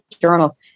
journal